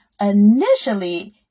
Initially